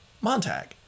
Montag